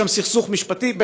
יש שם סכסוך משפטי,